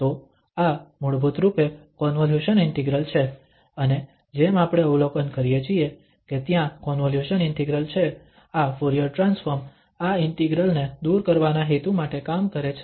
તો આ મૂળભૂત રૂપે કોન્વોલ્યુશન ઇન્ટિગ્રલ છે અને જેમ આપણે અવલોકન કરીએ છીએ કે ત્યાં કોન્વોલ્યુશન ઇન્ટિગ્રલ છે આ ફુરીયર ટ્રાન્સફોર્મ આ ઇન્ટિગ્રલ ને દૂર કરવાના હેતુ માટે કામ કરે છે